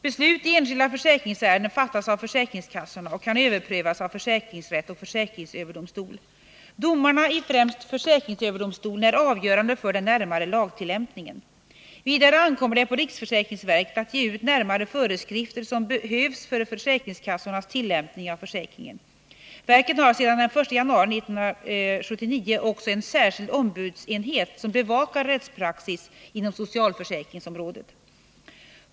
Beslut i enskilda försäkringsärenden fattas av försäkringskassorna och kan överprövas av försäkringsrätt och försäkringsöverdomstol. Domarna i främst försäkringsöverdomstolen är avgörande för den närmare lagtillämpningen. Vidare ankommer det på riksförsäkringsverket att ge ut de närmare föreskrifter som behövs för försäkringskassornas tillämpning av försäkringen. Verket har sedan den 1 januari 1979 också en särskild ombudsenhet som bevakar rättspraxis inom socialförsäkringsområdet.